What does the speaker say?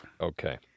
Okay